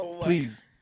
please